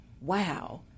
wow